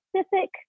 specific